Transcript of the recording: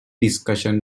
discussion